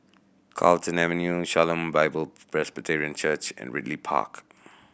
Carlton Avenue Shalom Bible Presbyterian Church and Ridley Park